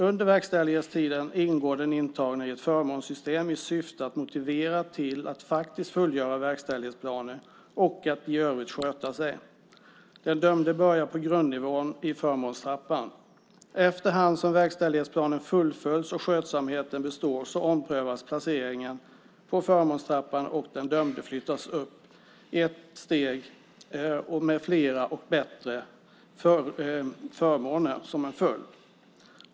Under verkställighetstiden ingår den intagne i ett förmånssystem som har till syfte att motivera den intagne att faktiskt fullgöra verkställighetsplanen och att i övrigt sköta sig. Den dömde börjar på grundnivån i den så kallade förmånstrappan. Efter hand som verkställighetsplanen fullföljs och skötsamheten består omprövas placeringen i förmånstrappan och den dömde flyttas upp ett steg, med flera och bättre förmåner som följd.